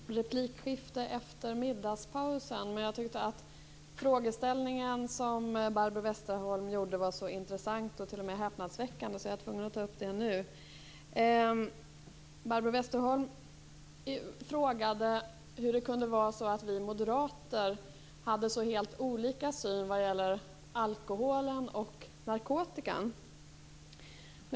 Herr talman! Jag ber så mycket om ursäkt för att jag missade mitt replikskifte efter middagspausen. Jag tyckte att den frågeställning Barbro Westerholm förde fram var så intressant och t.o.m. häpnadsväckande att jag är tvungen att ta upp den nu. Barbro Westerholm frågade hur det kan komma sig att vi moderater hade så helt olika uppfattning vad gäller alkohol och narkotika.